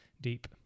deep